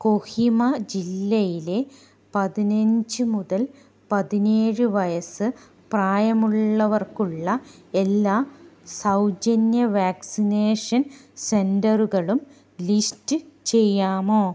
കൊഹിമ ജില്ലയിലെ പതിനഞ്ച് മുതൽ പതിനേഴ് വയസ്സ് പ്രായമുള്ളവർക്കുള്ള എല്ലാ സൗജന്യ വാക്സിനേഷൻ സെൻ്ററുകളും ലിസ്റ്റ് ചെയ്യാമോ